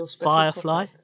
Firefly